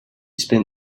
spent